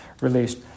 released